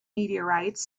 meteorites